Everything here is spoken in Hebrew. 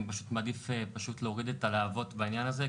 אני פשוט מעדיף פשוט להוריד את הלהבות בעניין הזה,